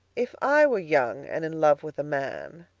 if i were young and in love with a man,